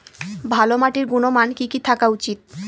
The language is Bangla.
ভালো মাটির গুণমান কি কি থাকা উচিৎ?